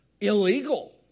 illegal